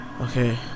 Okay